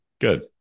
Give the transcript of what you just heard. good